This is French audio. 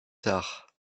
tard